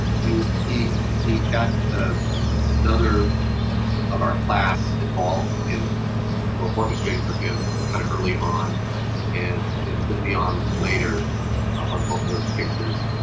used, he got another of our class involved in or orchestrating for him kind of early on and then put me on later on both of those pictures.